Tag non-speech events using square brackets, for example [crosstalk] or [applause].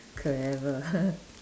clever [laughs]